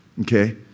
okay